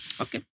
Okay